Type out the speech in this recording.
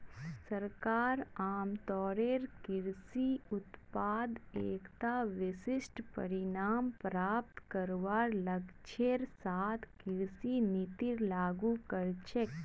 सरकार आमतौरेर कृषि उत्पादत एकता विशिष्ट परिणाम प्राप्त करवार लक्ष्येर साथ कृषि नीतिर लागू कर छेक